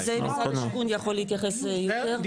זה משרד השיכון יכול להתייחס יותר.